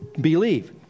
believe